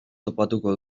topatuko